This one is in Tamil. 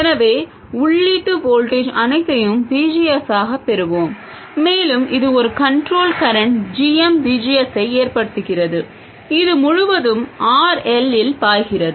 எனவே உள்ளீட்டு வோல்டேஜ் அனைத்தையும் V G S ஆகப் பெறுவோம் மேலும் இது ஒரு control current g m V G S ஐ ஏற்படுத்துகிறது இது முழுவதும் RL இல் பாய்கிறது